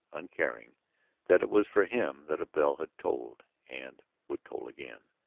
uncaring that it was for him that a bell had tolled and would toll again,